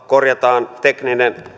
korjataan tekninen